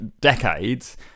decades